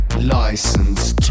Licensed